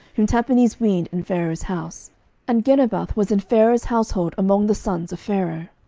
whom tahpenes weaned in pharaoh's house and genubath was in pharaoh's household among the sons of pharaoh.